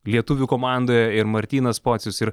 lietuvių komandoje ir martynas pocius ir